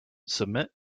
submit